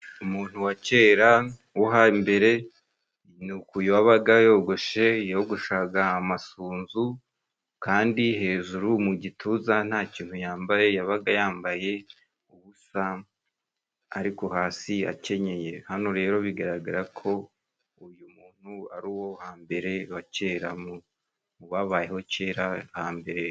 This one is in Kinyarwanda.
Umuntu wa kera wo hambere ni uku yabaga yogoshe, yogoshaga amasunzu kandi hejuru mu gituza nta kintu yambaye, yabaga yambaye ubusa ariko hasi akenyeye. Hano rero bigaragara ko uyu muntu ari uwo hambere wa kera, mu babayeho kera hambere.